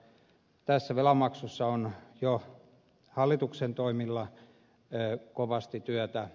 tässä velan maksussa on jo hallituksen toimilla kovasti työtä